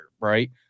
right